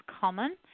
common